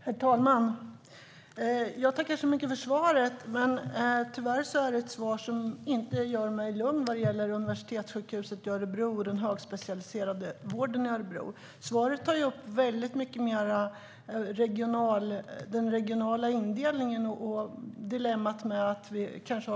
Herr talman! Jag tackar så mycket för svaret, men tyvärr är det ett svar som inte gör mig lugn vad gäller Universitetssjukhuset Örebro och den högspecialiserade vården i Örebro. Svaret tog upp frågan om den regionala indelningen och dilemmat med